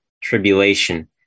tribulation